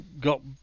got